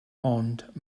ond